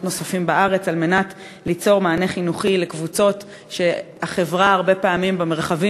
נוספים בארץ כדי ליצור מענה חינוכי לקבוצות שהחברה במרחבים